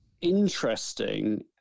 interesting